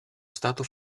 stato